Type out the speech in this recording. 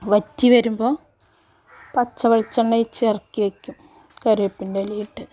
വറ്റി വരുമ്പോൾ പച്ച വെളിച്ചെണ്ണ ഒഴിച്ച് ഇറക്കിവയ്ക്കും കരിവേപ്പിൻറെ ഇലയും ഇട്ട്